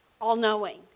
all-knowing